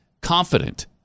confident